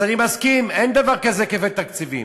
אז אני מסכים, אין דבר כזה, כפל תקציבים.